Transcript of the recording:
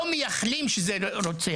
אנחנו לא מייחלים שזה יקרה,